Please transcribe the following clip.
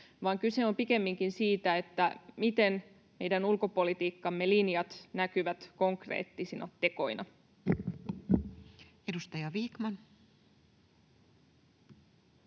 vaan kyse on pikemminkin siitä, miten meidän ulkopolitiikkamme linjat näkyvät konkreettisina tekoina. Edustaja Vikman.